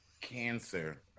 cancer